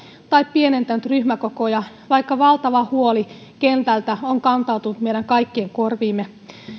tai pienentänyt ryhmäkokoja vaikka valtava huoli kentältä on kantautunut meidän kaikkien korviin